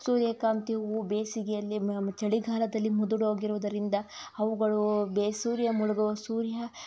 ಸೂರ್ಯಕಾಂತಿ ಹೂವು ಬೇಸಿಗೆಯಲ್ಲಿ ಮ್ ಚಳಿಗಾಲದಲ್ಲಿ ಮುದುಡೋಗಿರುವುದರಿಂದ ಅವುಗಳು ಬೆ ಸೂರ್ಯ ಮುಳುಗೋ ಸೂರ್ಯ